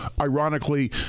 ironically